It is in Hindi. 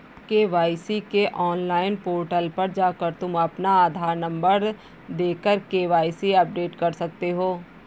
के.वाई.सी के ऑनलाइन पोर्टल पर जाकर तुम अपना आधार नंबर देकर के.वाय.सी अपडेट कर सकते हो